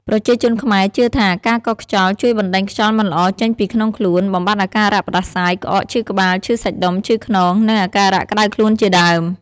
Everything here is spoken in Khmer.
ប្រជាជនខ្មែរជឿថាការកោសខ្យល់ជួយបណ្តេញខ្យល់មិនល្អចេញពីក្នុងខ្លួន បំបាត់អាការៈផ្តាសាយ ក្អក ឈឺក្បាល ឈឺសាច់ដុំ ឈឺខ្នង និងអាការៈក្ដៅខ្លួនជាដើម។